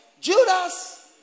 Judas